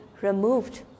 removed